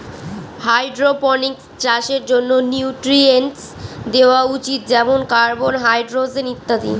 hydroponics চাষের জন্য nutrients দেওয়া উচিত যেমন কার্বন, হাইড্রজেন ইত্যাদি